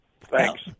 Thanks